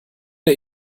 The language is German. der